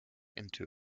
into